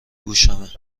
گوشمه